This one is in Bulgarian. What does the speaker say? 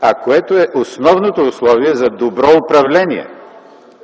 а което е основното условие за добро управление.